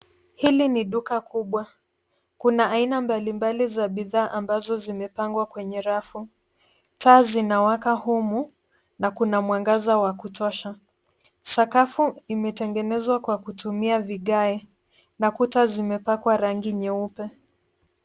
Hili ni duka kubwa. Kuna aina mbalimbali za bidhaa ambazo zimepangwa kwenye rafu. Taa zinawaka humu na kuna mwangaza wa kutosha. Sakafu imetengenezwa kwa kutumia vigae na kuta zimepakwa rangi nyeupe.